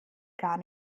gar